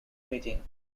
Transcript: meeting